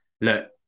look